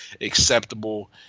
acceptable